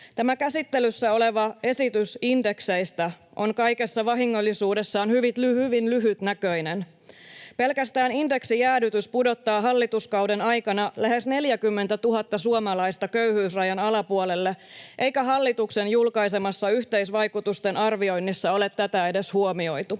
Tämä käsittelyssä oleva esitys indekseistä on kaikessa vahingollisuudessaan on hyvin lyhytnäköinen. Pelkästään indeksijäädytys pudottaa hallituskauden aikana lähes 40 000 suomalaista köyhyysrajan alapuolelle, eikä hallituksen julkaisemassa yhteisvaikutusten arvioinnissa ole tätä edes huomioitu.